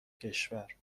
کشور